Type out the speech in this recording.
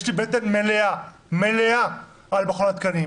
יש לי בטן מלאה על מכון התקנים,